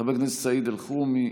חבר הכנסת סעיד אלחרומי,